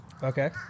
Okay